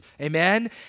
Amen